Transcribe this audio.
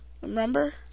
Remember